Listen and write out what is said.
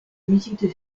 musiques